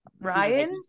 Ryan